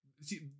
See